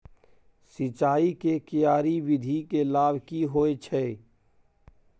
सिंचाई के क्यारी विधी के लाभ की होय छै?